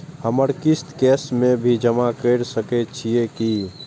हमर किस्त कैश में भी जमा कैर सकै छीयै की?